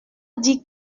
dit